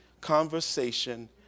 conversation